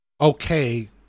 okay